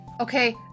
Okay